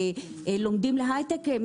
לומדים להיי-טק,